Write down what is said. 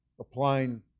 applying